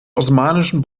osmanischen